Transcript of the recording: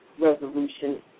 resolution